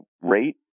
rate